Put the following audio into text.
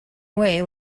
away